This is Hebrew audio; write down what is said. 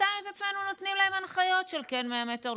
מצאנו את עצמנו נותנים להם הנחיות של כן 10 מטר,